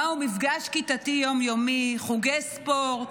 מהו מפגש כיתתי יום-יומי, חוגי ספורט,